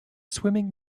swimming